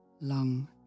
long